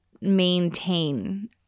maintain